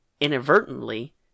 Inadvertently